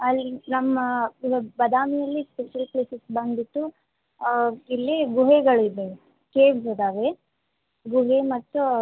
ಅಲ್ಲಿ ನಮ್ಮ ಇದು ಬಾದಾಮಿಯಲ್ಲಿ ಫೆಸಿಲಿಟೀಸ್ ಬಂದುಬಿಟ್ಟು ಇಲ್ಲಿ ಗುಹೆಗಳಿದೆ ಕೇವ್ ಇದ್ದಾವೆ ಗುಹೆ ಮತ್ತು